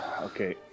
Okay